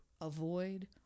avoid